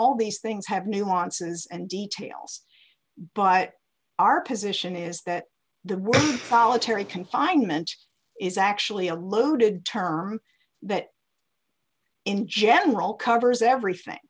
all these things have nuances and details but our position is that the politics of confinement is actually a loaded term that in general covers everything